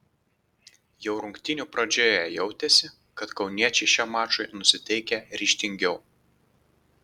jau rungtynių pradžioje jautėsi kad kauniečiai šiam mačui nusiteikę ryžtingiau